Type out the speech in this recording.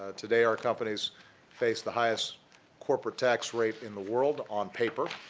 ah today, our companies face the highest corporate tax rate in the world on paper.